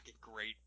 great